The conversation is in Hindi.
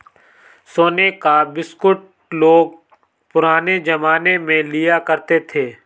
सोने का बिस्कुट लोग पुराने जमाने में लिया करते थे